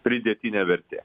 pridėtinė vertė